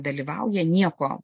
dalyvauja nieko